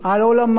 על עולמם,